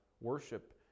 worship